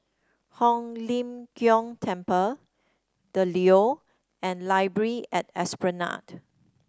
Hong Lim Jiong Temple The Leo and Library at Esplanade